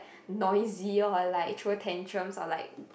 noisy or like throw tantrums or like